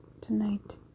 tonight